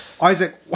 Isaac